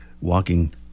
Walking